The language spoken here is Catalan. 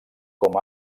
com